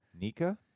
Nika